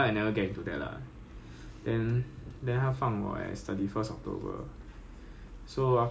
ya so January 就是 J_C batch January 没有 poly 人的 unless you are from obese so